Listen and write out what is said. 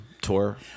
Tour